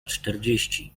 czterdzieści